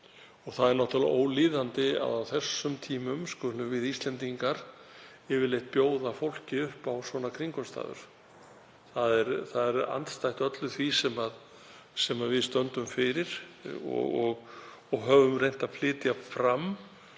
Það er náttúrlega ólíðandi að á þessum tímum skulum við Íslendingar yfirleitt bjóða fólki upp á svona kringumstæður. Það er andstætt öllu því sem við stöndum fyrir og höfum reynt að flytja fram,